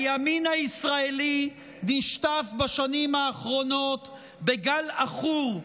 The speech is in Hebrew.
הימין הישראלי נשטף בשנים האחרונות בגל עכור,